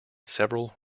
several